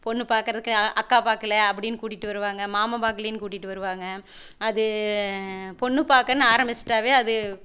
பொண்ணு பாக்கறதுக்கு அக்கா பார்க்கல அப்படின் கூட்டிகிட்டு வருவாங்க மாமன் பார்க்கலேன்னு கூட்டிகிட்டு வருவாங்க அது பொண்ணு பார்க்கன்னு ஆரம்பிச்சிட்டாலே அது